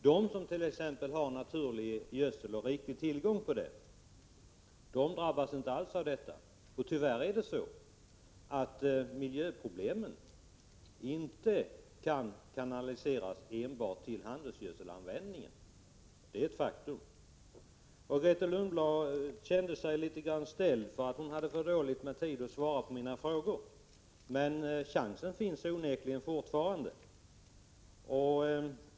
De som t.ex. har riklig tillgång på naturlig gödsel drabbas inte alls av avgiften. Och tyvärr kan inte miljöproblemen kanaliseras enbart till handelsgödselanvändningen. Det är ett faktum. Grethe Lundblad kände sig litet ställd därför att hon inte hade tid att svara på mina frågor. Chansen finns onekligen fortfarande.